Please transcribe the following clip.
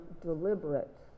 deliberate